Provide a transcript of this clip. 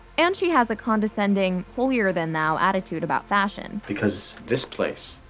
and she has a condescending, holier-than-thou attitude about fashion. because this place,